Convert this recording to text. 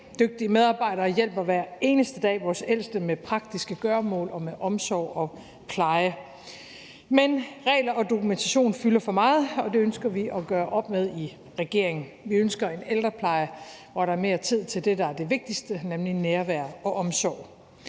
Dygtige medarbejdere hjælper hver eneste dag vores ældste med praktiske gøremål og med omsorg og pleje, men regler og dokumentation fylder for meget, og det ønsker vi at gøre op med i regeringen. Vi ønsker en ældrepleje, hvor der er mere tid til det, der er det vigtigste, nemlig nærvær og omsorg,